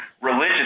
religious